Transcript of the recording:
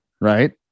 Right